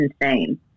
insane